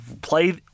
play